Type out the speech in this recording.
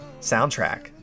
soundtrack